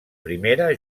primera